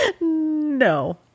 No